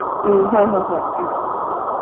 ꯎꯝ ꯍꯣꯏ ꯍꯣꯏ ꯍꯣꯏ ꯑꯥ